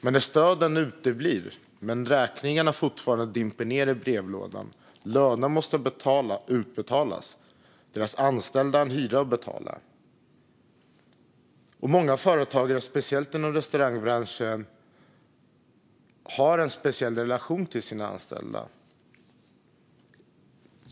Men när stöden uteblir dimper räkningarna fortfarande ned i brevlådan och löner måste betalas - de anställda har en hyra att betala. Inom restaurangbranschen har man en speciell relation till sina anställda.